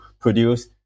produce